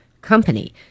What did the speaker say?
company